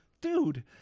Dude